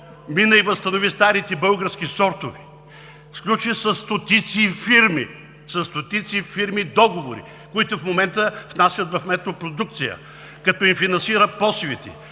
мина и възстанови старите български сортове, сключи със стотици фирми договори, които в момента внасят в МЕТРО продукция, като им финансират посевите,